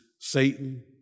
Satan